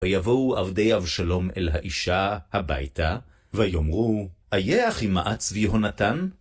ויבואו עבדי אבשלום אל האישה הביתה, ויאמרו, איה אחימעץ ויהונתן?